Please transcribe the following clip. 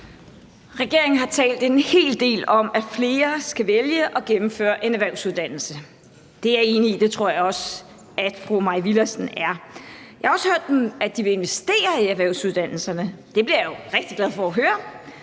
Regeringen har talt en hel del om, at flere skal vælge at gennemføre en erhvervsuddannelse. Det er jeg enig i, og det tror jeg også at fru Mai Villadsen er. Jeg har også hørt, at de vil investere i erhvervsuddannelserne. Det bliver jeg jo rigtig glad for at høre.